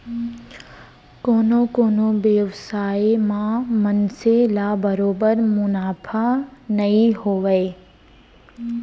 कोनो कोनो बेवसाय म मनसे ल बरोबर मुनाफा नइ होवय